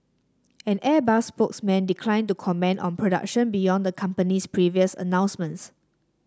an Airbus spokesman declined to comment on production beyond the company's previous announcements